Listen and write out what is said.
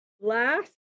last